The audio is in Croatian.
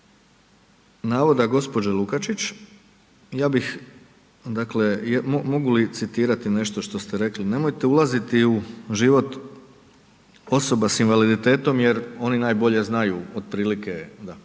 navoda gđe. Lukačić, dakle mogu li citirati nešto što se rekli, nemojte ulaziti u život osoba sa invaliditetom jer oni najbolje znaju otprilike,